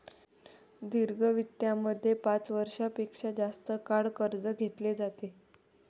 दीर्घ वित्तामध्ये पाच वर्षां पेक्षा जास्त काळ कर्ज घेतले जाते